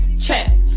Check